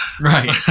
Right